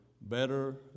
better